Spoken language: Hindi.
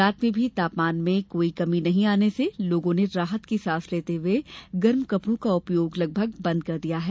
रात में भी तापमान में कोई कमी नहीं आने से लोगों ने राहत की सांस लेते हुए गर्म कपड़ो का उपयोग लगभग बंद कर दिया है